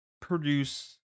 produce